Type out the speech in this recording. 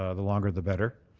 ah the longer the better.